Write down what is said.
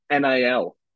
NIL